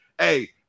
Hey